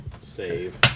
save